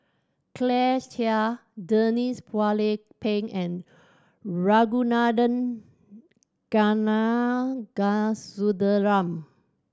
Claire Chiang Denise Phua Lay Peng and Ragunathar Kanagasuntheram